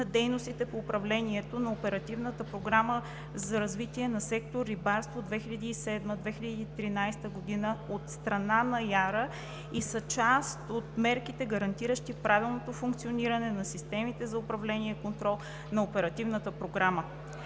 на дейностите по управлението на Оперативната програма за развитие на сектор „Рибарство“ 2007 –2013 г. от страна на ИАРА и са част от мерките, гарантиращи правилното функциониране на системите за управление и контрол на